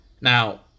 Now